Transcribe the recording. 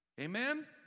Amen